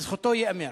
לזכותו ייאמר.